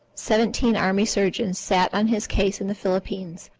seventeen army surgeons sat on his case in the philippines,